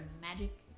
magic